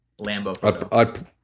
lambo